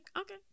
okay